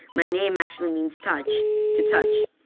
my name actually means touch, to touch.